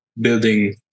building